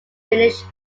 finished